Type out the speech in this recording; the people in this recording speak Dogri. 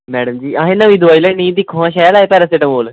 मैडम दिक्खो आं असें नमीं दोआई लेई आंदी एह् शैल ऐ पैरासिटामोल